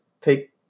take –